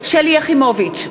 שלי יחימוביץ,